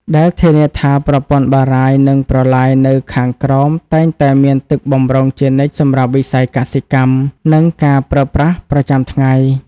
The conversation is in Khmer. ដែលធានាថាប្រព័ន្ធបារាយណ៍ និងប្រឡាយនៅខាងក្រោមតែងតែមានទឹកបម្រុងជានិច្ចសម្រាប់វិស័យកសិកម្ម និងការប្រើប្រាស់ប្រចាំថ្ងៃ។